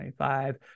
25